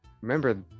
remember